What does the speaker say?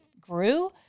grew